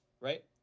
right